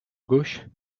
gauche